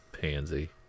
Pansy